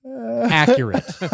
accurate